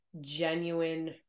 genuine